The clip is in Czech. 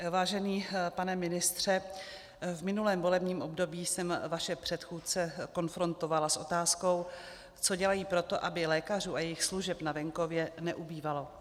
Vážený pane ministře, v minulém volebním období jsem vaše předchůdce konfrontovala s otázkou, co dělají proto, aby lékařů a jejich služeb na venkově neubývalo.